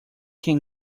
can